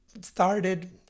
started